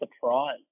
surprise